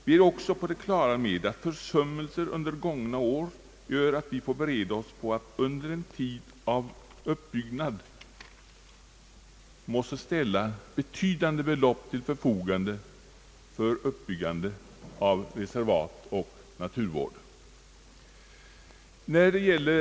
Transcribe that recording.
Vi är också på det klara med att försummelser under de gångna åren gör att vi får bereda oss på att under en tid ställa betydande belopp till förfogande för att inrätta reservat och bygga upp naturvården.